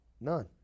None